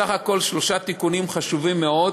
בסך הכול שלושה תיקונים חשובים מאוד,